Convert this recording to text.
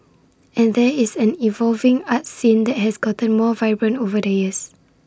and there is an evolving arts scene that has gotten more vibrant over the years